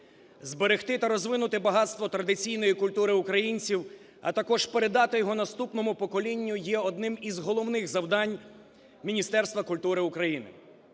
Зберегти та розвинути багатство традиційної культури українців, а також передати його наступному поколінню, є одним із головних завдань Міністерства культури України.